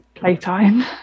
playtime